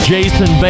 Jason